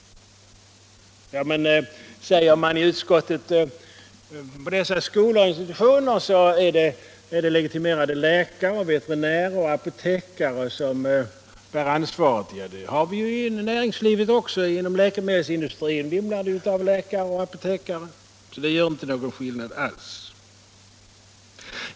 Ja men, säger utskottsmajoriteten, på dessa skolor och institutioner är det legitimerade läkare, veterinärer och apotekare som bär ansvaret. Ja, det gör de i näringslivet också. Inom läkemedelsindustrin vimlar det av läkare och apotekare, så det är inte någon skillnad alls.